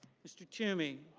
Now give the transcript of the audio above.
mr. toomey.